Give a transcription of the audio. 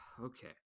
okay